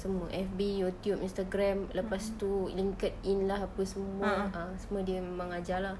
semua F_B YouTube instagram lepas itu LinkedIn lah apa semua ah semua dia memang ajar lah